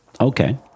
Okay